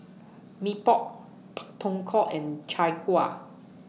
Mee Pok Pak Thong Ko and Chai Kueh